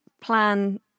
plan